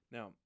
Now